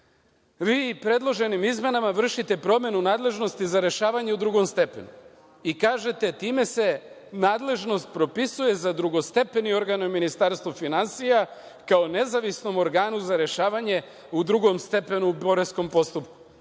Vi predloženim izmenama vršite promenu nadležnosti za rešavanje u drugom stepenu i kažete – time se nadležnost propisuje za drugostepeni organ u Ministarstvu finansija kao nezavisnom organu za rešavanje u drugom stepenu u poreskom postupku.